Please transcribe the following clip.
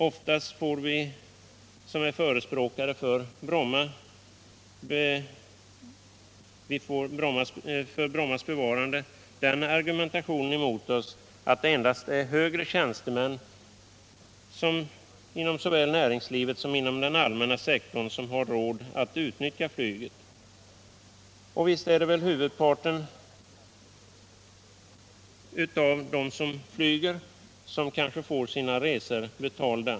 Oftast får vi som är förespråkare för Brommas bevarande den argumentationen emot oss att det endast är högre tjänstemän inom såväl näringslivet som den allmänna sektorn som har råd att utnyttja flyget. Det är kanske sant att huvudparten av flygresenärerna får sina resor betalda.